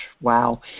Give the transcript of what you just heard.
Wow